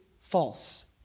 false